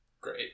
great